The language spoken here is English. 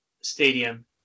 stadium